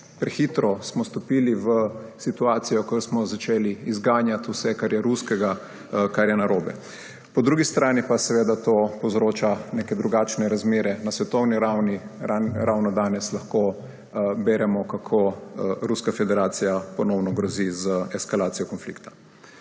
Prehitro smo stopili v situacijo, ko smo začeli izganjati vse, kar je ruskega, kar je narobe. Po drugi strani pa seveda to povzroča neke drugačne razmere na svetovni ravni. Ravno danes lahko beremo, kako Ruska federacija ponovno grozi z eskalacijo konflikta.